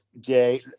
Jay